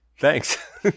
Thanks